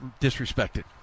disrespected